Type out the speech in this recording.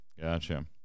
gotcha